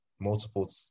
multiple